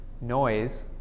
noise